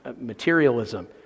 materialism